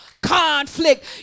conflict